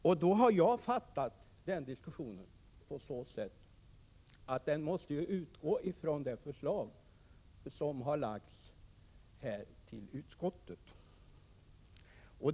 Jag har uppfattat det så att den diskussionen måste utgå från det förslag som utskottet haft att behandla.